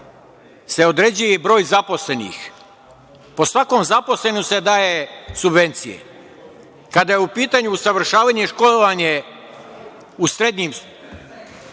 se određuje i broj zaposlenih. Po svakom zaposlenom se daje subvencija. Kada je u pitanju usavršavanje, školovanje u srednjim školama,